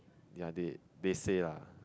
ya they they say ah